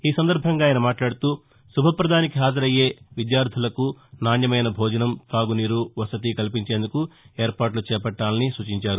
ఈ సందర్బంగా ఆయన మాట్లాడుతూ శుభ్రపదానికి హాజరయ్యే విద్యార్దలకు నాణ్యమైన భోజనం తాగునీరు వసతి కల్పించేందుకు ఏర్పాట్ల చేపట్లాలని సూచించారు